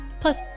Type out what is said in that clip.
Plus